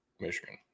Michigan